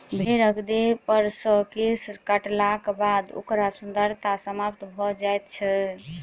भेंड़क देहपर सॅ केश काटलाक बाद ओकर सुन्दरता समाप्त भ जाइत छै